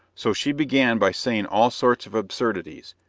so she began by saying all sorts of absurdities,